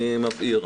אני מבהיר.